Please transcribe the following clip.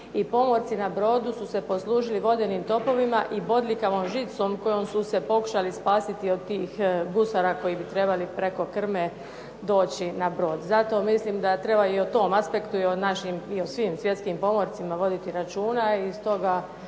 i pomorci na brodu su se poslužili vodenim topovima i bodljikavom žicom kojom su se pokušali spasiti od tih gusara koji bi trebali preko krme doći na brod. Zato mislim da treba i o tom aspektu i o svim svjetskim pomorcima voditi računa i stoga